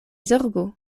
zorgu